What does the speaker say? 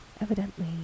evidently